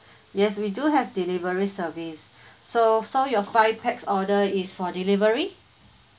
yes we do have delivery service so so your five pax order is for delivery